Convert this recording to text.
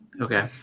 Okay